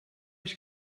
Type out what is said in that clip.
ich